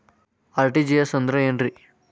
RTGS ಅಂದ್ರ ಏನ್ರಿ?